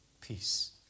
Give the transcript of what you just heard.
Peace